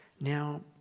Now